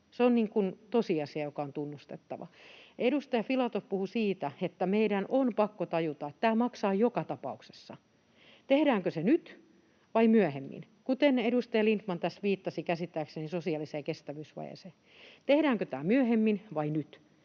Se on tosiasia, joka on tunnustettava. Edustaja Filatov puhui siitä, että meidän on pakko tajuta, että tämä maksaa joka tapauksessa. Tehdäänkö se nyt vai myöhemmin, kuten edustaja Lindtman viittasi käsittääkseni sosiaaliseen kestävyysvajeeseen: tehdäänkö tämä myöhemmin vai nyt?